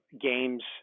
games